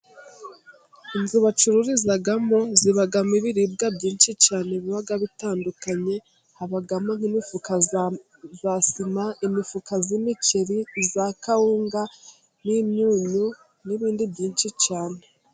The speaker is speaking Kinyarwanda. Inzu bacururizamo zibamo ibiribwa byinshi cyane biba bitandukanye habamo nk'imifuka ya sima ,imifuka y'imiceri ,iya kawunga n'imyunyu, n'ibindi byinshi cyane.